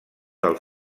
del